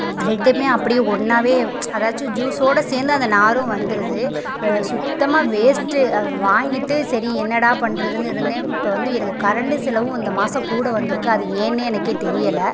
ரெண்டுமே அப்படியே ஒன்றாவே அதாச்சும் ஜூஸ்ஸோடு சேர்ந்து அந்த நாரும் வந்துடுது சுத்தமாக வேஸ்ட்டு அதை வாங்கிட்டு சரி என்னடா பண்ணுறதுன்னு இருந்தேன் இப்போ வந்து எனக்கு கரண்டு செலவும் இந்த மாதம் கூட வந்திருக்கு அது ஏன்னே எனக்கே தெரியலை